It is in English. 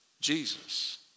Jesus